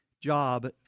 job